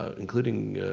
ah including.